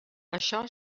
això